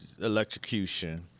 electrocution